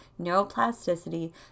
neuroplasticity